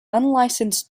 unlicensed